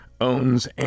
owns